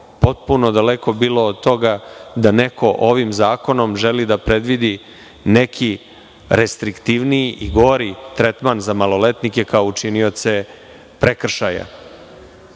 Potpuno je daleko bilo da neko ovim zakonom želi da predvidi neki restriktivniji i gori tretman za maloletnike kao učinioce prekršaja. Prema